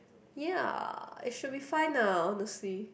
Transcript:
ya it should be fine lah honestly